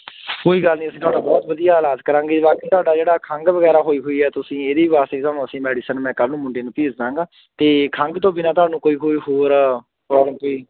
ਕੋਈ ਗੱਲ ਨਹੀਂ ਅਸੀਂ ਤੁਹਾਡਾ ਬਹੁਤ ਵਧੀਆ ਇਲਾਜ ਕਰਾਂਗੇ ਬਾਕੀ ਤੁਹਾਡਾ ਜਿਹੜਾ ਖੰਘ ਵਗੈਰਾ ਹੋਈ ਹੋਈ ਹੈ ਤੁਸੀਂ ਇਹਦੀ ਵਾਸਤੇ ਅਸੀਂ ਤੁਹਾਨੂੰ ਮੈਡੀਸਨ ਮੈਂ ਕੱਲ੍ਹ ਨੂੰ ਮੁੰਡੇ ਨੂੰ ਭੇਜ ਦਾਂਗਾ ਅਤੇ ਖੰਘ ਤੋਂ ਬਿਨਾਂ ਤੁਹਾਨੂੰ ਕੋਈ ਕੋਈ ਹੋਰ ਪ੍ਰੋਬਲਮ ਕੋਈ